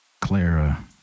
Clara